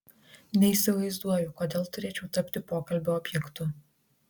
neįsivaizduoju kodėl turėčiau tapti pokalbio objektu